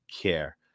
care